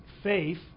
faith